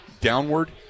downward